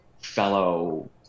fellow